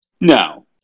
No